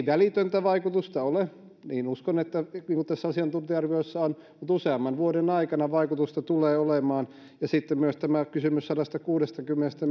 välitöntä vaikutusta ei ole niin uskon kuten tässä asiantuntija arviossa on mutta useamman vuoden aikana vaikutusta tulee olemaan ja sitten myös tämä kysymys sadastakuudestakymmenestä